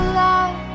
love